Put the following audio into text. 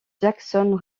jackson